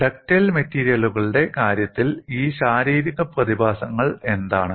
ductile മെറ്റീരിയലുകളുടെ കാര്യത്തിൽ ഈ ശാരീരിക പ്രതിഭാസങ്ങൾ എന്താണ്